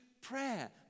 prayer